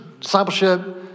discipleship